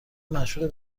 مشهور